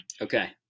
Okay